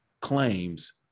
claims